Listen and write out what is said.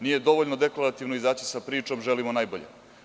Nije dovoljno deklarativno izaći sa pričom – želimo najbolje.